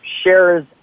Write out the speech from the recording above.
shares